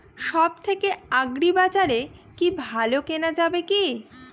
সব থেকে আগ্রিবাজারে কি ভালো কেনা যাবে কি?